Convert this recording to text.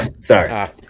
Sorry